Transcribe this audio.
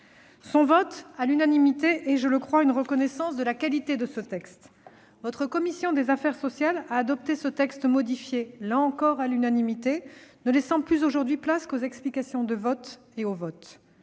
de loi à l'unanimité est le signe, je le crois, d'une reconnaissance de sa qualité. Votre commission des affaires sociales a adopté ce texte modifié, là encore, à l'unanimité, ne laissant plus aujourd'hui place qu'aux explications de vote et au vote.